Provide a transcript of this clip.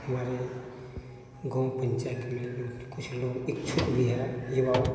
हमारे गाँव पन्चायत में जो कुछ लोग इच्छुक भी हैं युवाओं